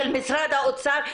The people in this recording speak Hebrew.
של משרד האוצר,